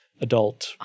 adult